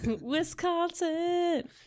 Wisconsin